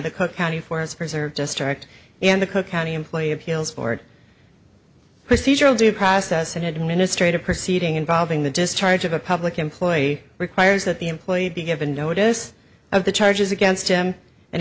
the cook county forest preserve just direct in the cook county employee appeals board procedural due process and administrative proceeding involving the discharge of a public employee requires that the employee be given notice of the charges against him an